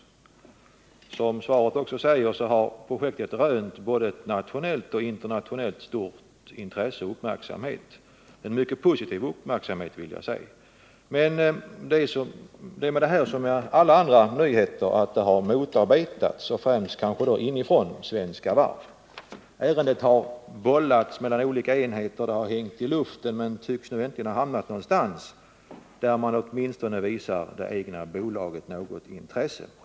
Som svaret också säger har projektet rönt stort intresse och stor uppmärksamhet både nationellt och internationellt — en mycket positiv uppmärksamhet. Men det är med den här frågan som med alla andra nyheter att den har motarbetats, kanske främst inifrån Svenska Varv. Ärendet har bollats mellan olika enheter, det har hängt i luften, men tycks nu äntligen ha hamnat någonstans där man åtminstone visar det egna bolaget något intresse.